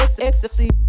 ecstasy